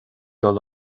dul